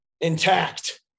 intact